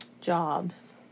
jobs